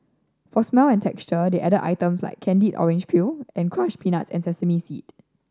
for smell and texture they added items like candied orange peel and crushed peanuts and sesame seeds